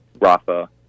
Rafa